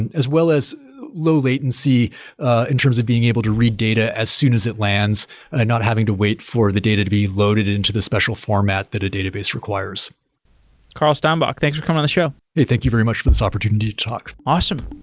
and as well as low-latency in terms of being able to read data as soon as it lands and not having to wait for the data to be loaded into the special format that a database requires carl steinbach, thanks for coming on the show hey, thank you very much for this opportunity to talk awesome